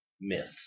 myths